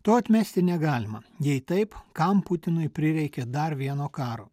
to atmesti negalima jei taip kam putinui prireikė dar vieno karo